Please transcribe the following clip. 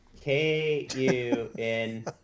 K-U-N